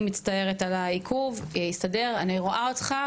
אני מצטערת על העיכוב הסתדר אני רואה אותך,